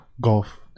golf